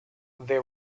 they